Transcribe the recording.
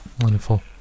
Wonderful